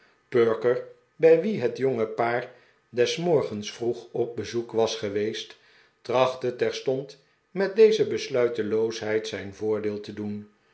perker bij wien het jonge paar des morgens vroeg op bezoek was geweest trachtte terstond met deze besluiteloosheid zijn voordeel te doen